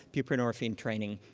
buprenorphine training.